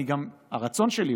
הרצון שלי,